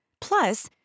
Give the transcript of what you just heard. Plus